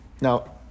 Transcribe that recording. Now